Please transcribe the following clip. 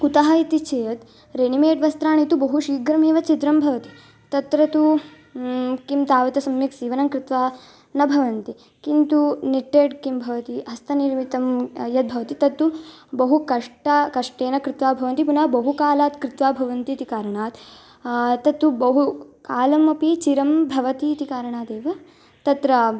कुतः इति चेत् रेडिमेड् वस्त्राणि तु बहु शीघ्रमेव छिद्रं भवन्ति तत्र तु किं तावत् सम्यक् सीवनं कृत्वा न भवन्ति किन्तु निट्टेड् किं भवति हस्तनिर्मितं यद् भवति तत्तु बहु कष्टं कष्टेन कृत्वा भवन्ति पुनः बहुकालात् कृत्वा भवन्तीति कारणात् तत्तु बहुकालमपि चिरं भवतीति कारणादेव तत्र